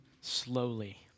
slowly